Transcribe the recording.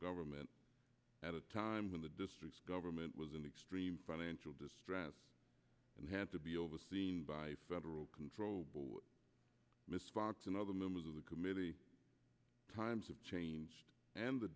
government at a time when the district government was in extreme financial distress and had to be overseen by federal control response and other members of the committee times have changed and the